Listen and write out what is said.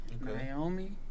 Naomi